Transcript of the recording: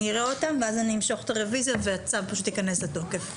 נראה אותו ואז אני אמשוך את הרוויזיה והצו פשוט ייכנס לתוקף.